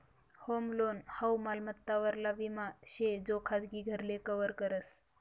home loan हाऊ मालमत्ता वरला विमा शे जो खाजगी घरले कव्हर करस